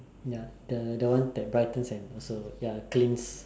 ya the the one that brightens and also ya cleans